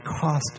cost